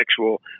sexual